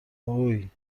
هووی